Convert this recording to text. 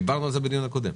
דיברנו על זה בדיון הקודם.